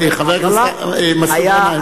חבר הכנסת מסעוד גנאים,